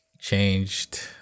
changed